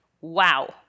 wow